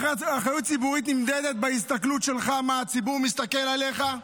אחריות ציבורית נמדדת בהסתכלות שלך על איך הציבור שלך מסתכל עליך,